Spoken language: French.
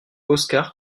oskar